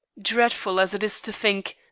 dreadful as it is to think,